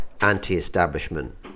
anti-establishment